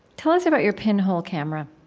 tell us about your pinhole camera.